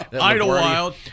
Idlewild